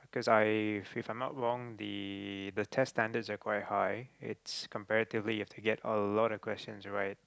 cause I if I'm not wrong the test standards are quite high it's comparatively you have to get a lot of questions right